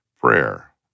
prayer